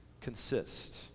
consist